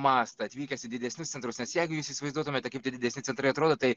mastą atvykęs į didesnius centrus nes jeigu jūs įsivaizduotumėte kaip tie didesni centrai atrodo tai